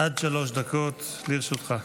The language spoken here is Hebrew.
עד שלוש דקות לרשותך.